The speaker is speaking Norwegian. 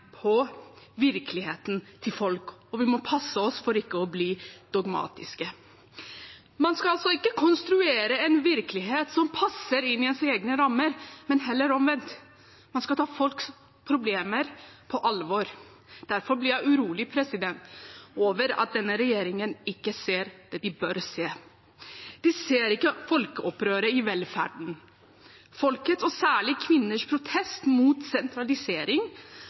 på virkeligheten til folk, og vi må passe oss for ikke å bli dogmatiske. Man skal altså ikke konstruere en virkelighet som passer inn i ens egne rammer, men heller omvendt, man skal ta folks problemer på alvor. Derfor blir jeg urolig over at denne regjeringen ikke ser det de bør se. De ser ikke folkeopprøret i velferden. Folkets, og særlig kvinners, protest mot sentralisering